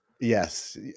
Yes